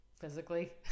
physically